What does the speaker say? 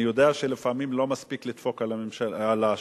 אני יודע שלפעמים לא מספיק לדפוק על השולחן,